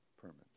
permits